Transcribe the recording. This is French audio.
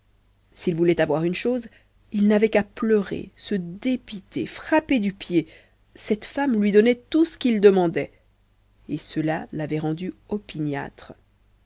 s'il voulait avoir une chose il n'avait qu'à pleurer se dépiter frapper du pied cette femme lui donnait tout ce qu'il demandait et cela l'avait rendu opiniâtre